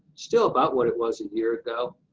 still about what it was a year ago.